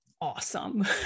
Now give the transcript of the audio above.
awesome